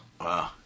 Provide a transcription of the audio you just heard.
Wow